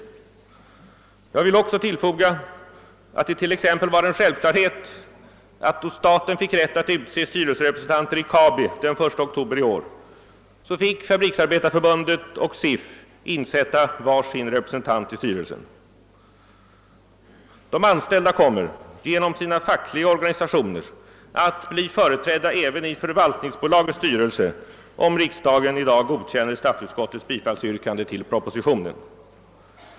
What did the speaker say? Jag vill också tillfoga att det t.ex. var en självklarhet att då staten fick rätt att utse styrelserepresentanter i Kabi den 1 oktober i år fick Fabriksarbetareförbundet och SIF insätta var sin representant i styrelsen. De anställda kommer, genom sina fackliga organisationer, att bli företrädda även i förvaltningsbolagets styrelse, om riksdagen i dag godkänner statsutskottets hemställan om bifall till propositionen.